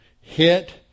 hit